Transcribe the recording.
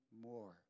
more